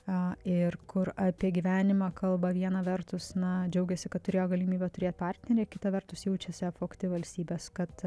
a ir kur apie gyvenimą kalba viena vertus na džiaugiasi kad turėjo galimybę turėt partnerį kita vertus jaučiasi apvogti valstybės kad